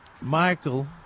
Michael